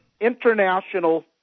international